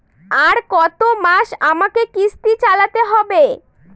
আর কতমাস আমাকে কিস্তি চালাতে হবে?